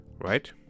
right